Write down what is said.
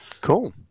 Cool